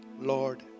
Lord